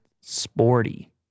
sporty